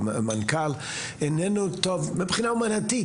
או מנכ"ל איננו טוב מבחינה אומנותית,